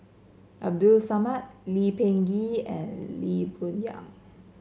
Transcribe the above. Abdul Samad Lee Peh Gee and Lee Boon Yang